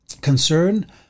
concern